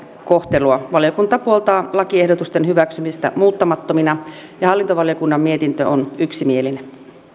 kohtelua valiokunta puoltaa lakiehdotusten hyväksymistä muuttamattomina ja hallintovaliokunnan mietintö on yksimielinen